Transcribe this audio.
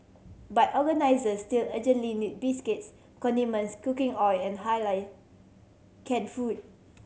but organisers still urgently need biscuits condiments cooking oil and Halal can food